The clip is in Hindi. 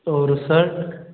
और सर्ट